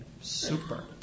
Super